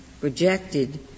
rejected